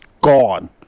gone